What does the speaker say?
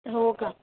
हो का